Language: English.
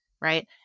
Right